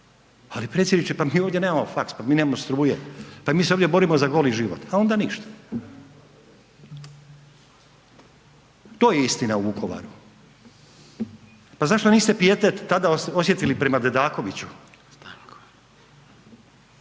Ali, predsjedniče pa mi ovdje nemamo faks, pa mi nemamo struje, pa mi se ovdje borimo za goli život. A onda ništa. To je istina o Vukovaru. Pa zašto niste pijetet tada osjetili prema Dedakoviću?